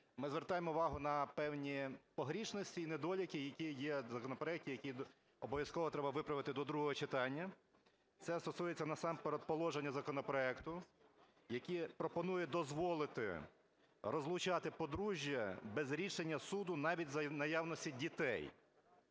ми звертаємо увагу на певні погрішності і недоліки, які є в законопроекті і які обов'язково треба виправити до другого читання. Це стосується насамперед положення законопроекту, яке пропонує дозволити розлучати подружжя без рішення суду навіть за наявності дітей.